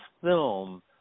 film